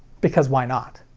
because why not.